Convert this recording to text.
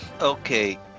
Okay